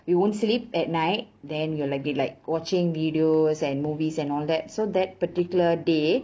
we won't sleep at night then we'll like be like watching videos and movies and all that so that particular day